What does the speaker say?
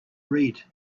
read